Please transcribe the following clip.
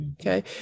Okay